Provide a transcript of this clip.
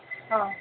हा